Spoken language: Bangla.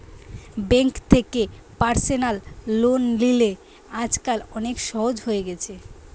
বেঙ্ক থেকে পার্সনাল লোন লিলে আজকাল অনেক সহজ হয়ে গেছে